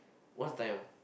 what's the time ah